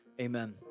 amen